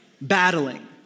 battling